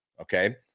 Okay